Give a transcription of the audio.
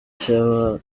cyaba